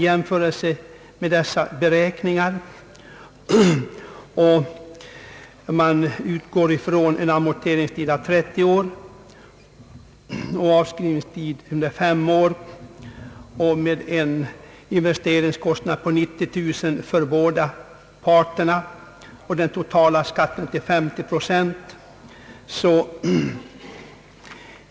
Jämförelsen bygger på en amorteringstid av 30 år och en avskrivningstid av fem år, en investeringskostnad på 90 000 kronor i båda fallen och en total skatt på 50 procent.